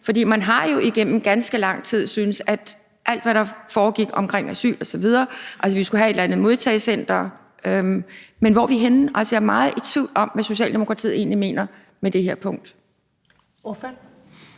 For man har jo igennem ganske lang tid været i tvivl om alt, hvad der foregik omkring asyl osv., altså, vi skulle have et eller andet modtagecenter, men hvor er vi henne? Altså, jeg er meget i tvivl om, hvad Socialdemokratiet egentlig mener på det her punkt.